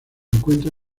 encuentra